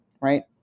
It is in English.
right